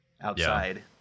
outside